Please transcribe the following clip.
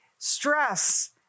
stress